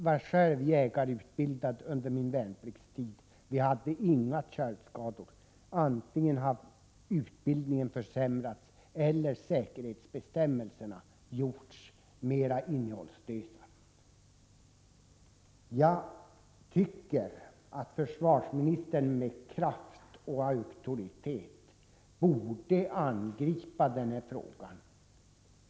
Jag blev själv jägarutbildad under min värnpliktstid, och vi hade inga köldskador. Antingen har utbildningen försämrats eller också har säkerhetsbestämmelserna gjorts mer innehållslösa. Jag tycker att försvarsministern med kraft och auktoritet borde angripa det här problemet.